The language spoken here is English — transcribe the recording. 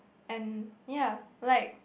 and ya like